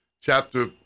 chapter